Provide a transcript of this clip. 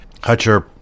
Hutcher